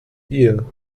dir